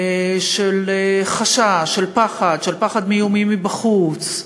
של חשש, של פחד, של פחד מאיומים מבחוץ,